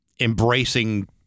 embracing